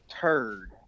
turd